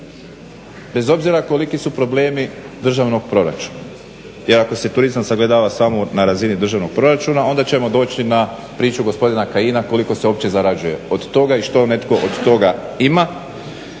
bez obzira koliki su problemi državnog proračuna. Jer ako se turizam sagledava samo na razini državnog proračuna onda ćemo doći na priču gospodina Kajina koliko se uopće zarađuje od toga i što netko od toga ima.